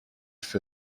for